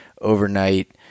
overnight